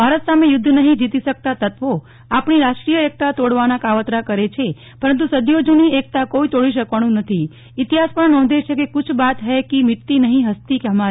ભારત સામે યુધ્ધ નહિં જીતી શકતા તત્વો આપણી રાષ્ટ્રીય એકતા તોડવાના કાવતરા કરે છે પરંતુ સદીઓ જુની એકતા કોઈ તોડી શકવાનું નથીઈતિહાસ પણ નોંઘે છે કે બાત હૈ કી મીટતી નહિ હસ્તી હમારી